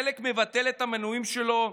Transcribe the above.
חלק מבטלים את המינויים שלהם,